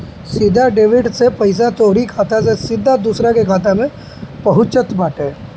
सीधा डेबिट से पईसा तोहरी खाता से सीधा दूसरा के खाता में पहुँचत बाटे